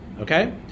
okay